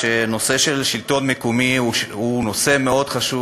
שהנושא של השלטון המקומי הוא נושא מאוד חשוב.